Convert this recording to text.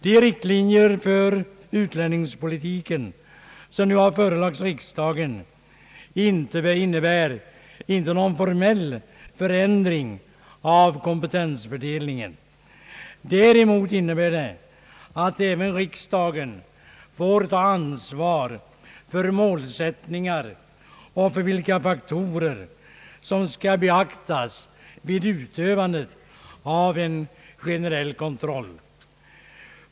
De riktlinjer för utlänningspolitiken som nu förelagts riksdagen innebär inte någon formell förändring av kompetensfördelningen. Däremot innebär de att även riksdagen får ta ansvar för målsättningar och för vilka faktorer som skall beaktas vid utövandet av en generell kontroll.